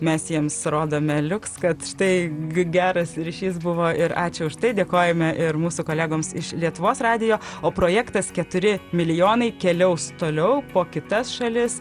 mes jiems rodome liuks kad štai g geras ryšys buvo ir ačiū už tai dėkojame ir mūsų kolegoms iš lietuvos radijo o projektas keturi milijonai keliaus toliau po kitas šalis